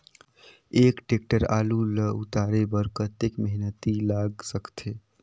एक टेक्टर आलू ल उतारे बर कतेक मेहनती लाग सकथे?